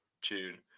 tune